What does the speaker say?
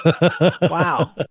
Wow